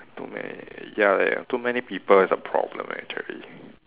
too many ya ya too many people is a problem actually